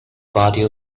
party